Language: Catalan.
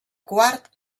quart